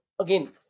again